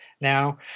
now